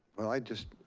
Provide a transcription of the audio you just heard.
i just,